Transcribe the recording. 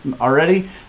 already